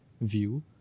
view